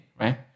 right